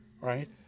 right